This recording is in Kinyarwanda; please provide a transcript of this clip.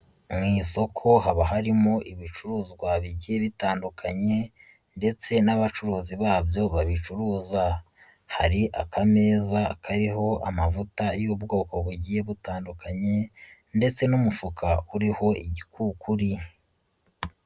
Mu isoko haba harimo ibicuruzwa bigiye bitandukanye ndetse n'abacuruzi babyo babicuruza, hari akameza kariho amavuta y'ubwoko bugiye butandukanye ndetse n'umufuka uriho igikukuri.